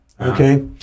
Okay